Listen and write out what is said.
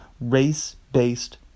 race-based